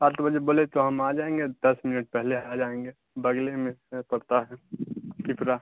آٹھ بجے بولے تو ہم آ جائیں گے دس منٹ پہلے آ جائیں گے بگل میں پڑتا ہے پپرا